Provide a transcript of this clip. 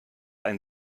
ein